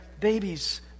babies